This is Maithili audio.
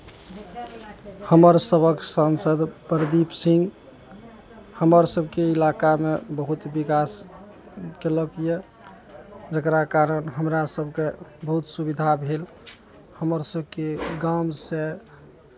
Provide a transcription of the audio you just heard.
हमर सभक सांसद प्रदीप सिंह हमर सभके इलाकामे बहुत विकास कयलक यए जकरा कारण हमरा सभकेँ बहुत सुविधा भेल हमर सभके गामसँ